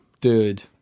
Dude